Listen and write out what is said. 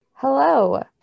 Hello